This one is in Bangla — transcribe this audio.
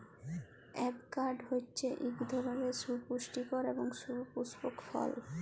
এভকাড হছে ইক ধরলের সুপুষ্টিকর এবং সুপুস্পক ফল